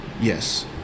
Yes